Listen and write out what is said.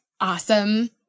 awesome